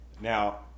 Now